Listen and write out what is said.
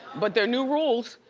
but there are new rules.